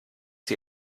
die